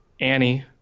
Annie